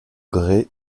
grès